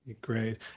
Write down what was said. Great